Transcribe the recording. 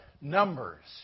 numbers